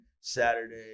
Saturday